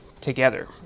together